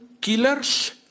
killers